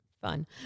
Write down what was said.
fun